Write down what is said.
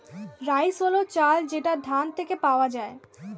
rice হল চাল যেটা ধান থেকে পাওয়া যায়